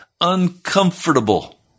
uncomfortable